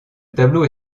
tableau